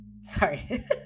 Sorry